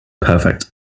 Perfect